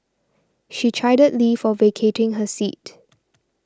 she chided Lee for vacating her seat